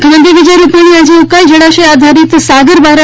મુખ્યમંત્રી વિજય રૂપાણીએ આજે ઉકાઈ જળાશય આધારીત સાગરબારા